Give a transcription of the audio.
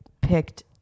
picked